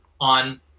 on